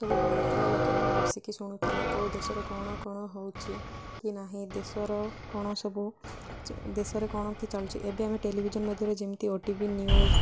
ସବୁ ବାହାରୁଥିଲା ଲୋକମାନେ ବସିକି ଶୁଣୁଥିଲେ କେଉଁ ଦେଶରେ କ'ଣ କ'ଣ ହେଉଛି କି ନାହିଁ ଦେଶର କ'ଣ ସବୁ ଦେଶରେ କ'ଣ କି ଚାଲୁଛି ଏବେ ଆମେ ଟେଲିଭିଜନ୍ ମାଧ୍ୟରେ ଯେମିତି ଓ ଟି ଭି ନ୍ୟୁଜ୍